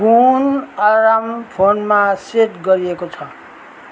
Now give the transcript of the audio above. कुन अलार्म फोनमा सेट गरिएको छ